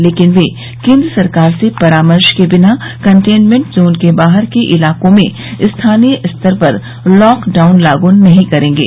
लेकिन वे केन्द्र सरकार से परामर्श के बिना कन्टेमेंट जोन के बाहर के इलाकों में स्थानीय स्तर पर लॉकडाउन लागू नहीं करेंगे